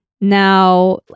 Now